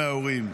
מההורים.